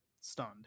Stunned